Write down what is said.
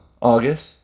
August